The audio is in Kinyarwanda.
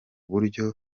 buryo